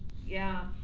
yeah,